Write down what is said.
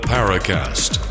Paracast